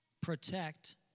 protect